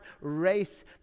race